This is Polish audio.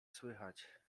słychać